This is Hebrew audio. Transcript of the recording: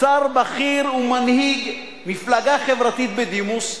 שר בכיר ומנהיג מפלגה חברתית בדימוס,